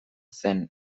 zen